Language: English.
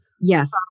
Yes